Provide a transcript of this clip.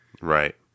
Right